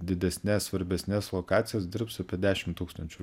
didesnes svarbesnes lokacijas dirbs apie dešim tūkstančių